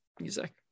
music